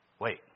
Wait